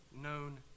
known